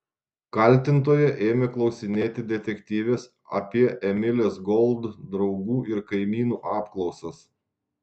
kaltintoja ėmė klausinėti detektyvės apie emilės gold draugų ir kaimynų apklausas